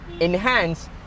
enhance